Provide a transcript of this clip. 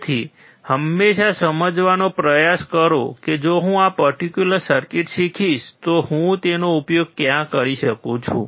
તેથી હંમેશા સમજવાનો પ્રયત્ન કરો કે જો હું આ પર્ટીક્યુલર સર્કિટ શીખીશ તો હું તેનો ઉપયોગ ક્યાં કરી શકું